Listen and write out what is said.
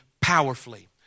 powerfully